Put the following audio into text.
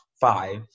five